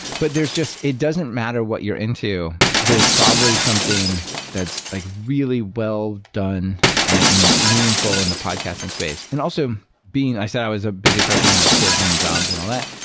but there's just it doesn't matter what you're into. there's probably something that's like really well done and and meaningful in the podcasting space. and also, i said i was a busy person. i have kids and jobs and all that.